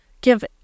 give